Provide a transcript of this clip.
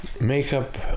Makeup